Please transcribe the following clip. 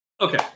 Okay